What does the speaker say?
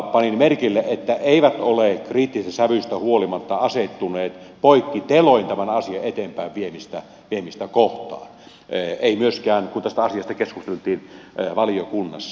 panin merkille että ne eivät ole kriittisestä sävystä huolimatta asettuneet poikkiteloin tämän asian eteenpäinviemistä kohtaan ei asetuttu myöskään silloin kun tästä asiasta keskusteltiin valiokunnassa